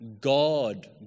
God